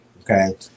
Okay